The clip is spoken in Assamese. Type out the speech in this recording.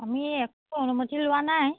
আমি একো অনুমতি লোৱা নাই